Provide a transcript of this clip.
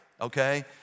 okay